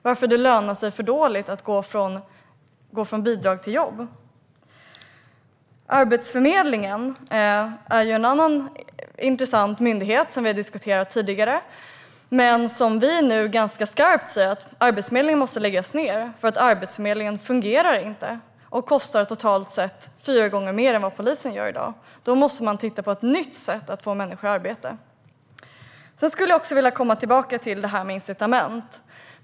Varför lönar det sig för dåligt att gå från bidrag till jobb? Arbetsförmedlingen är en annan intressant myndighet, som vi har diskuterat tidigare. Vi säger nu ganska skarpt att Arbetsförmedlingen måste läggas ned. Arbetsförmedlingen fungerar nämligen inte och kostar totalt sett fyra gånger mer än vad polisen gör i dag. Då måste man titta på ett nytt sätt att få människor i arbete. Jag skulle också vilja komma tillbaka till detta med incitament.